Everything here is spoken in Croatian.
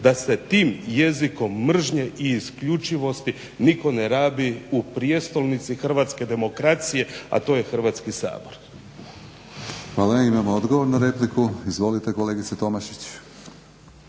da se tim jezikom mržnje i isključivosti nitko ne rabi u prijestolnici hrvatske demokracije a to je Hrvatski sabor. **Batinić, Milorad (HNS)** Imamo odgovor na repliku. Izvolite kolegice Tomašić.